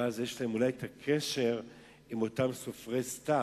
ואז יש להם אולי קשר עם אותם סופרי סת"ם,